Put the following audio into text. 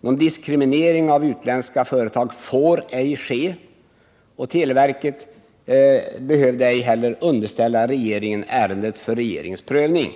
Någon diskriminering av utländska företag får ej ske, och televerket behövde ej heller underställa regeringen ärendet för prövning.